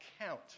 count